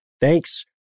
Thanks